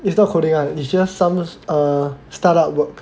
it's not coding [one] it's just some err start up work